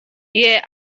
yeah